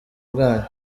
bwanyu